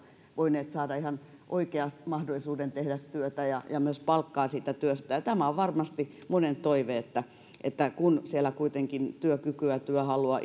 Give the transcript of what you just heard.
voineet saada ihan oikean mahdollisuuden tehdä työtä ja saada myös palkkaa siitä työstä tämä on varmasti monen toive että että kun siellä kuitenkin työkykyä työhalua